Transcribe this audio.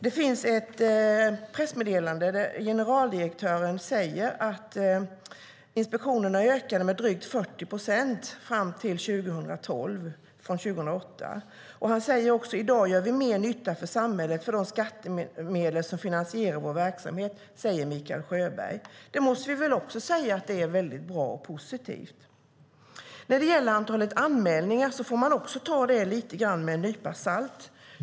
Det finns ett pressmeddelande där generaldirektören säger att inspektionerna ökade med drygt 40 procent fram till 2012 från 2008. Han säger: I dag gör vi mer nytta för samhället för de skattemedel som finansierar vår verksamhet. Detta säger alltså Mikael Sjöberg. Det måste vi väl säga är mycket bra och positivt. När det gäller antalet anmälningar får man ta det lite grann med en nypa salt.